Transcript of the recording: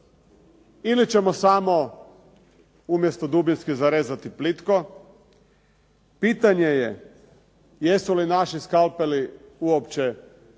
ili ćemo samo umjesto dubinski zarezati plitko? Pitanje je jesu li naši skalpeli